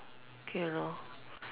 okay lor